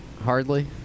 hardly